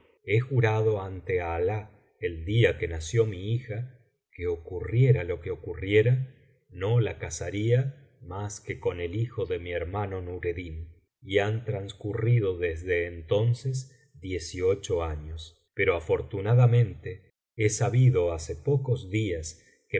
he jurado ante alah el día que nació mi hija que ocurriera lo que ocurriera no la casaría mas que con el hijo de mi hermano nureddin y han transcurrido desde entonces diez y ocho años pero afortunadamente he sabido hace pocos días